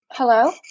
hello